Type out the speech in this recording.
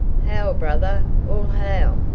hail, brother! all hail,